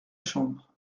chambre